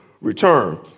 return